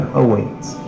awaits